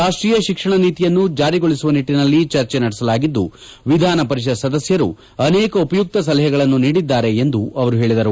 ರಾಷ್ಟೀಯ ಶಿಕ್ಷಣ ನೀತಿಯನ್ನು ಜಾರಿಗೊಳಿಸುವ ನಿಟ್ಟನಲ್ಲಿ ಚರ್ಚೆ ನಡೆಸಲಾಗಿದ್ದು ವಿಧಾನಪರಿಷತ್ ಸದಸ್ಕರು ಅನೇಕ ಉಪಯುಕ್ತ ಸಲಹ ನೀಡಿದ್ದಾರೆ ಎಂದು ಅವರು ಹೇಳಿದರು